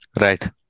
Right